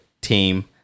team